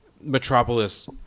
Metropolis